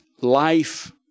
life